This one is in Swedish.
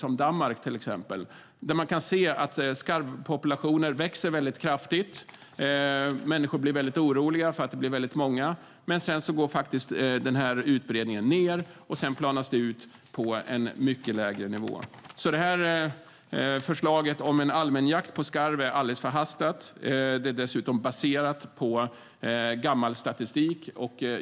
I Danmark till exempel växte skarvpopulationen kraftigt, och människor blev oroliga för att skarvarna blev så många. Men sedan minskade utbredningen och planade ut på en mycket lägre nivå. Förslaget om allmän jakt på skarv är alltså förhastat och dessutom baserat på gammal statistik.